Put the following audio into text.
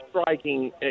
striking